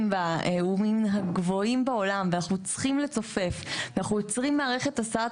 בה הוא מהגבוהים בעולם ואנחנו צריכים לצופף ואנחנו יוצרים מערכת הסעת